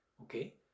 okay